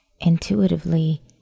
intuitively